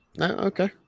Okay